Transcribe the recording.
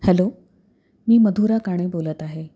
hello मी मधुरा काणे बोलत आहे